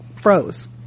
froze